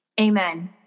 Amen